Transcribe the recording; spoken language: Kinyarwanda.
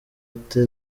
ate